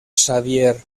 xavier